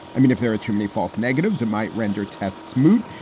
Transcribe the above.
i mean, if there are too many false negatives, it might render tests moot.